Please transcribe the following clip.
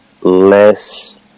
less